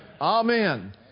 Amen